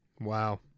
Wow